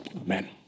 Amen